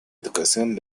educación